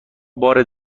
بار